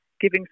giving